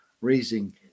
raising